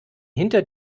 hinter